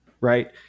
right